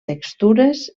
textures